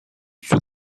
sous